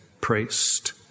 priest